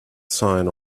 sign